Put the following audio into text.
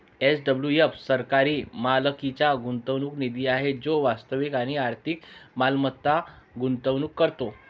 SWF सरकारी मालकीचा गुंतवणूक निधी आहे जो वास्तविक आणि आर्थिक मालमत्तेत गुंतवणूक करतो